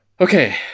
okay